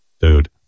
dude